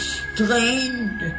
strained